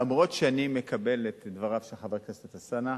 למרות שאני מקבל את דבריו של חבר הכנסת אלסאנע.